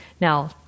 Now